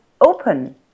open